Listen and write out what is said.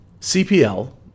CPL